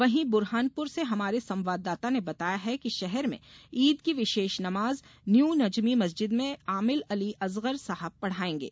वहीं बुरहानपुर से हमारे संवादाता ने बताया है कि शहर में ईद की विशेष नमाज न्यू नजमी मस्जिद में आमिल अली असगर साहब पढ़ाएंगे